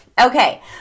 Okay